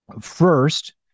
First